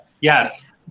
Yes